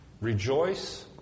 Rejoice